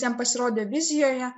jam pasirodė vizijoje